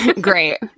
Great